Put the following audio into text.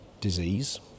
disease